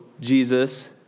Jesus